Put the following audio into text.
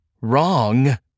wrong